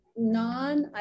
Non